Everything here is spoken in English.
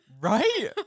Right